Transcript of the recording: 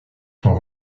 sont